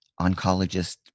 oncologist